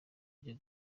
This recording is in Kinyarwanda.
ryo